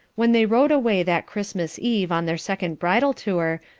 when they rode away that christmas eve on their second bridal tour,